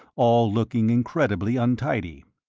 all looking incredibly untidy.